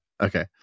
Okay